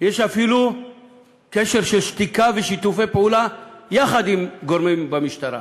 יש אפילו קשר של שתיקה ושיתופי פעולה עם גורמים במשטרה,